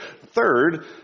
Third